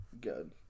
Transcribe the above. Good